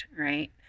right